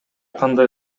кандай